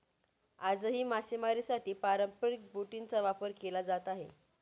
आजही मासेमारीसाठी पारंपरिक बोटींचा वापर केला जात आहे